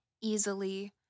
easily